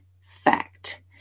fact